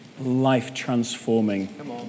life-transforming